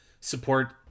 support